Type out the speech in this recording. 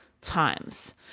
times